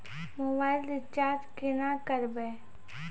Mobile recharge केना करबै?